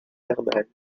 thermale